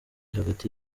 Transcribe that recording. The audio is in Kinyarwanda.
hagati